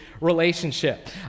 relationship